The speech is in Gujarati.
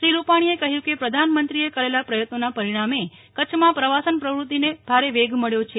શ્રી રૂપાણીએ કહ્યું કે પ્રધાનમંત્રીએ કરેલા પ્રયત્નોના પરિણામે કચ્છમાં પ્રવાસન પ્રવૂત્તિને ભારે વેગ મળ્યો છે